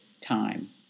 time